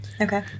Okay